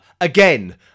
Again